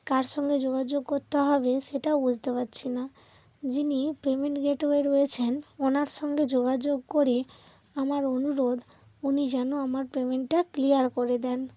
কার সঙ্গে যোগাযোগ করতে হবে সেটাও বুঝতে পারছি না যিনি পেমেন্ট গেটওয়ে রয়েছেন ওনার সঙ্গে যোগাযোগ করে আমার অনুরোধ উনি যেন আমার পেমেন্টটা ক্লিয়ার করে দেন